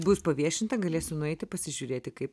bus paviešinta galėsiu nueiti pasižiūrėti kaip